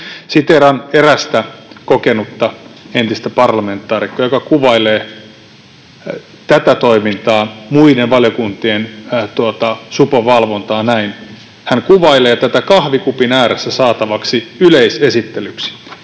Siteeraan erästä kokenutta entistä parlamentaarikkoa, joka kuvailee tätä toimintaa, muiden valiokuntien supon valvontaa, ”kahvikupin ääressä saatavaksi yleisesittelyksi”.